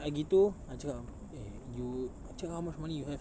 err gitu I cakap eh you check how much money you have